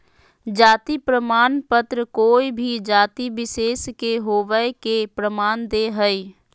जाति प्रमाण पत्र कोय भी जाति विशेष के होवय के प्रमाण दे हइ